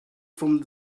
from